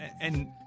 and-